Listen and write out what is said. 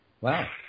Wow